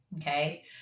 Okay